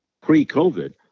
pre-COVID